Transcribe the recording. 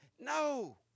No